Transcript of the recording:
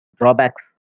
drawbacks